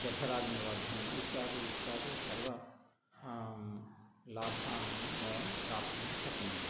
जठराग्नि वर्धनं इत्यादि इत्यादि सर्व लाभान् वयं प्राप्तुं शक्नुमः